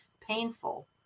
painful